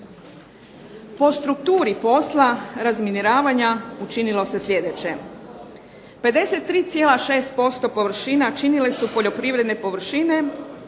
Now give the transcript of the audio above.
Po strukturi posla razminiravanja učinilo se sljedeće. 53,6% površina činile su poljoprivredne površine.